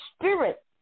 spirit